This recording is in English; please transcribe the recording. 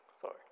sorry